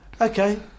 okay